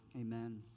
Amen